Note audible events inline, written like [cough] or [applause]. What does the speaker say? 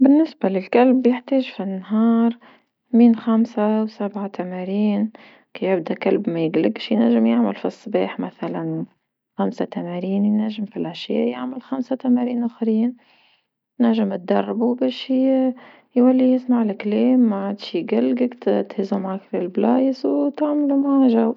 بالنسبة للكلب يحتاج في النهار من خمسة وسبعة تمارين، كيبدا كلب ما يقلقش ينجم يعمل في صباح مثلا [noise] خمسة تمارين ينجم في لعشية يعمل خمسة تمارين أخرين، تنجم دربو باش [hesitation] يولي يسمع لكلام معادش يقلقك ت- تهزو معاك للبلايص وتعمل معاه جو.